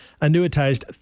annuitized